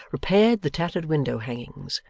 repaired the tattered window-hangings,